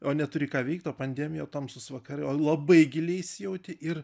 o neturi ką veikt o pandemija o tamsūs vakarai o labai giliai įsijauti ir